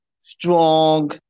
strong